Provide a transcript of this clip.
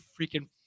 freaking